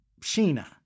Sheena